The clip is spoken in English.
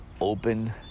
open